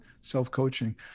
self-coaching